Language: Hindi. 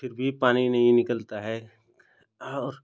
फिर भी पानी नहीं निकलता है और